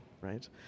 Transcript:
right